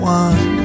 one